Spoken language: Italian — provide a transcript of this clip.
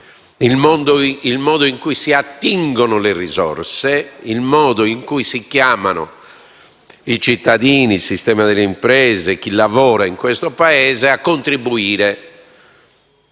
il modo in cui si attingono le risorse e si chiamano i cittadini, il sistema delle imprese e chi lavora in questo Paese a contribuire